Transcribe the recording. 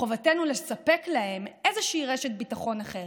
חובתנו לספק להם איזושהי רשת ביטחון אחרת.